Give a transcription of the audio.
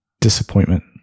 disappointment